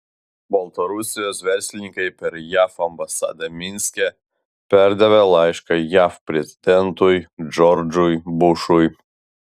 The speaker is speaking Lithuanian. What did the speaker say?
baltarusijos verslininkai per jav ambasadą minske perdavė laišką jav prezidentui džordžui bušui